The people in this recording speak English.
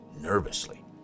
nervously